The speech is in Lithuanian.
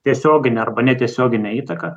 tiesioginę arba netiesioginę įtaką